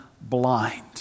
blind